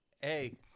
hey